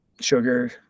sugar